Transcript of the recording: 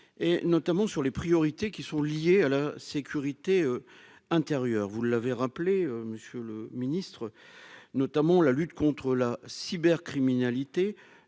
et notamment sur les priorités qui sont liés à la sécurité intérieure, vous l'avez rappelé monsieur le Ministre, notamment la lutte contre la cybercriminalité,